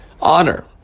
honor